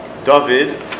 David